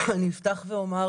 אני אפתח ואומר